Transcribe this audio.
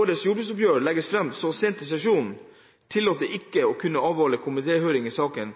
årets jordbruksoppgjør ble lagt fram så sent i sesjonen, tillot ikke det at man kunne avholde komitéhøring i saken,